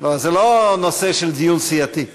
לא, זה לא נושא של דיון סיעתי.